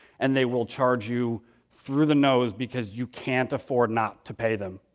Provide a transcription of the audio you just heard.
and they will charge you through the nose because you can't afford not to pay them,